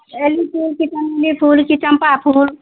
बेली फूल की चमेली फूल की चम्पा फूल